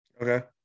Okay